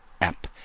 app